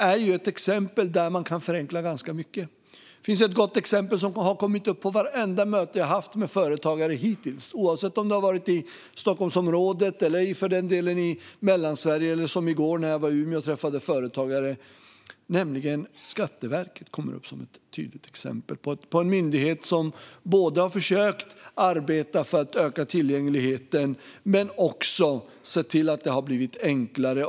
Det är ett exempel där man kan förenkla ganska mycket. Ett gott exempel har kommit upp på vartenda möte jag hittills har haft med företagare, oavsett om det har varit i Stockholmsområdet eller för den delen i Mellansverige eller som i går när jag träffade företagare i Umeå. Det är Skatteverket som kommer upp som ett tydligt exempel på en myndighet som både har försökt arbeta för att öka tillgängligheten och har sett till att det har blivit enklare.